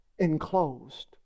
enclosed